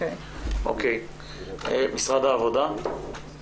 משרד העבודה.